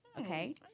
Okay